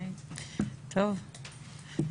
טוב,